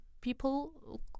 people